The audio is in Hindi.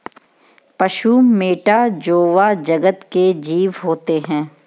पशु मैटा जोवा जगत के जीव होते हैं